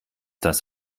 das